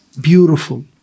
beautiful